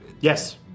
Yes